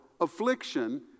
affliction